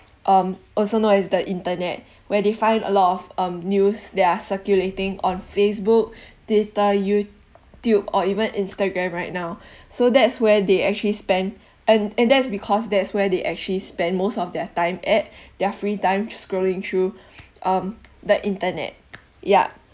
um also known as the internet where they find a lot of um news that are circulating on facebook twitter youtube or even instagram right now so that's where they actually spend and and that's because that's where they actually spend most of their time at their free time scrolling through um the internet yeah